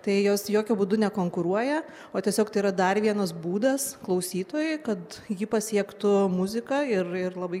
tai jos jokiu būdu nekonkuruoja o tiesiog tai yra dar vienas būdas klausytojui kad ji pasiektų muziką ir ir labai